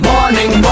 Morning